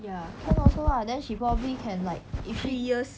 ya can also lah then she probably can like if she